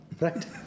right